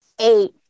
eight